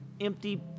empty